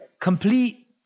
complete